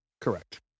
Correct